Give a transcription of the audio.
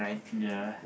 ya